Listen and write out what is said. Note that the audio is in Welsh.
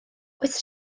oes